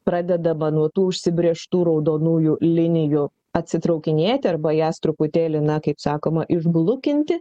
pradedama nuo tų užsibrėžtų raudonųjų linijų atsitraukinėti arba jas truputėlį na kaip sakoma išblukinti